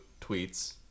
tweets